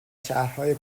شهرهای